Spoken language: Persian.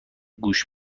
گوش